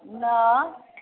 न